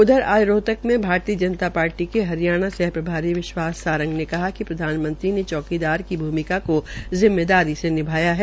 उधर आज रोहक में भारतीय जनता पार्टी के हरियाणा सह प्रभारी विश्वास सांरग ने कहा कि प्रधानमंत्री ने चौकीदार की भूमिका को जिम्मेदारी से निभाया है